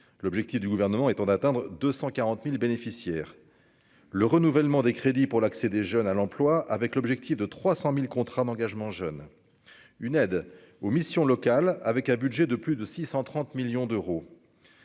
l'objectif du gouvernement étant d'atteindre 240000 bénéficiaires, le renouvellement des crédits pour l'accès des jeunes à l'emploi, avec l'objectif de 300000 contrats d'engagement jeune une aide aux missions locales, avec un budget de plus de 630 millions d'euros,